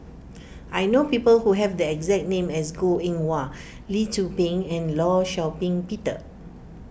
I know people who have the exact name as Goh Eng Wah Lee Tzu Pheng and Law Shau Ping Peter